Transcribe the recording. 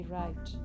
right